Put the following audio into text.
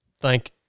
Thank